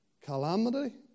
calamity